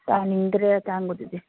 ꯇꯥꯅꯤꯡꯗ꯭ꯔꯦ ꯑꯇꯥꯡꯕꯗꯨꯗꯤ